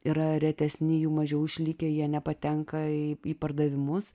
yra retesni jų mažiau išlikę jie nepatenka į pardavimus